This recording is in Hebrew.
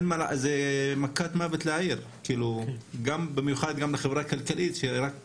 זו מכת מוות לעיר, ובמיוחד לחברה הכלכלית שרק